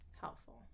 helpful